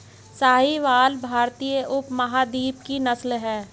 साहीवाल भारतीय उपमहाद्वीप की नस्ल है